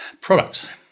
Products